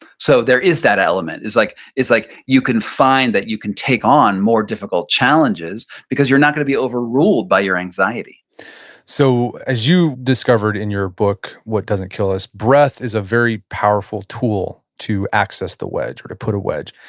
so there is that element, it's like like you can find that you can take on more difficult challenges because you're not gonna be overruled by your anxiety so as you discovered in your book, what doesn't kill us, breath is a very powerful tool to access the wedge or to put a wedge.